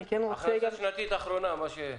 כלומר לקחתם מצב נתון, הכנסה שנתית אחרונה.